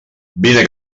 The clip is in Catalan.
vine